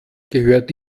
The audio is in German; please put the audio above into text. gehört